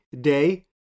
Day